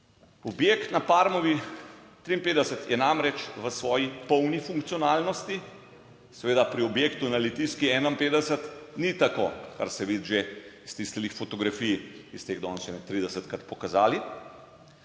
Objekt na Parmovi 53 je namreč v svoji polni funkcionalnosti, seveda pri objektu na Litijski 51 ni tako, kar se vidi že iz tistih fotografij, ki ste jih danes ne 30-krat pokazali.